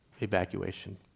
evacuation